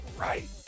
right